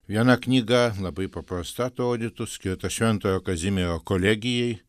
viena knyga labai paprasta atrodytų skirta šventojo kazimiero kolegijai